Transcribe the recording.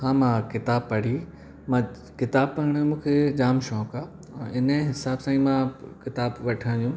हा मां किताबु पढ़ी मां किताबु पढ़ण जो मूंखे जाम शौक़ु आहे हिन हिसाब सां ई मां किताब वठंदा आहियूं